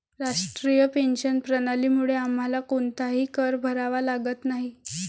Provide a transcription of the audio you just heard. राष्ट्रीय पेन्शन प्रणालीमुळे आम्हाला कोणताही कर भरावा लागत नाही